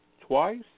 Twice